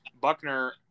Buckner